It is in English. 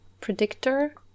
predictor